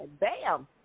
Bam